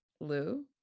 Lou